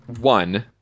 One